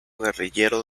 guerrillero